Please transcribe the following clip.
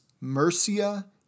Mercia